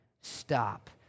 stop